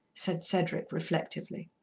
said cedric reflectively.